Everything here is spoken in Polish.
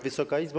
Wysoka Izbo!